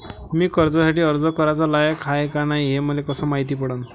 मी कर्जासाठी अर्ज कराचा लायक हाय का नाय हे मले कसं मायती पडन?